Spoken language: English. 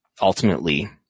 ultimately